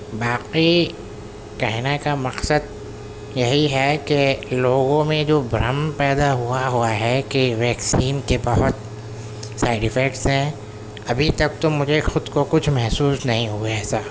باقی کہنے کا مقصد یہی ہے کہ لوگوں میں جو بھرم پیدا ہوا ہوا ہے کہ ویکسین کے بہت سائیڈ افیکٹس ہیں ابھی تک تو مجھے خود کو کچھ محسوس نہیں ہوئے ہیں ایسا